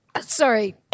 Sorry